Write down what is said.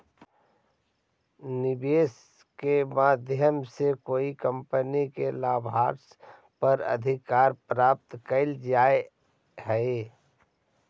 निवेश के माध्यम से कोई कंपनी के लाभांश पर अधिकार प्राप्त कैल जा हई